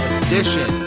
edition